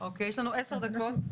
יש לנו 10 דקות.